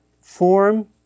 form